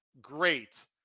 great